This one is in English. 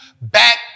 back